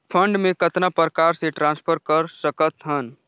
Fund मे कतना प्रकार से ट्रांसफर कर सकत हन?